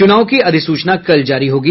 चुनाव की अधिसूचना कल जारी होगी